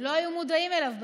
לא היו מודעים אליו בכלל.